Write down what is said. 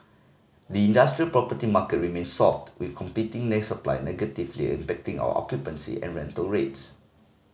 the industrial property market remains soft with competing supply negatively impacting our occupancy and rental rates